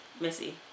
missy